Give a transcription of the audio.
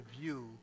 view